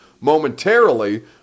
momentarily